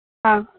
ಹಾಂ